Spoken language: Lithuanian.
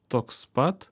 toks pat